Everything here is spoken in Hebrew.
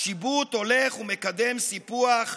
השיבוט הולך ומקדם סיפוח,